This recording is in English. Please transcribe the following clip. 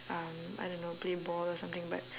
um I don't know play ball or something but